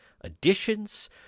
additions